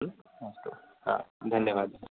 अस्तु धन्यवादः